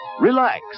Relax